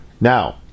Now